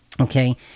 Okay